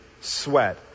sweat